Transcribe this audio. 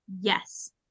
yes